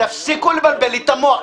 תפסיקו לבלבל לי את המוח.